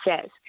says